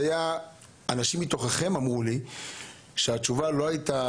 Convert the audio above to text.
אנשים מתוככם אמרו לי שהתשובה היה מביישת,